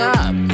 up